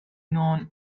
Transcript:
known